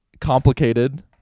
complicated